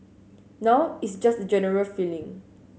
now it's just a general feeling